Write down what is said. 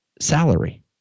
salary